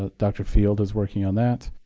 ah dr. field is working on that.